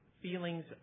Feelings